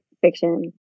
fiction